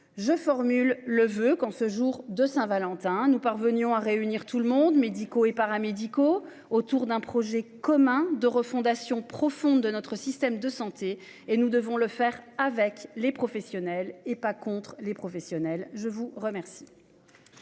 Je formule le voeu qu'en ce jour de Saint-Valentin, nous parvenions à réunir tout le monde médicaux et paramédicaux autour d'un projet commun de refondation profonde de notre système de santé et nous devons le faire avec les professionnels et pas contre les professionnels, je vous remercie.